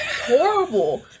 horrible